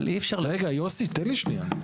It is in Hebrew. אבל אי אפשר --- רגע, יוסי, תן לי שנייה.